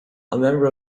member